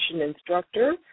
Instructor